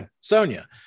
Sonia